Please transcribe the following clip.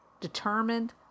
determined